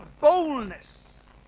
boldness